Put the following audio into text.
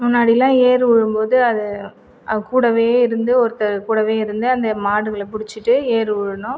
முன்னாடிலாம் ஏர் உழுவும்போது அது அவர் கூடவே இருந்து ஒருத்தர் கூடவே இருந்து அந்த மாடுகளை பிடிச்சிட்டே ஏர் உழணும்